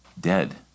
dead